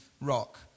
rock